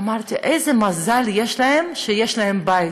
ואמרתי: איזה מזל יש להם שיש להם בית.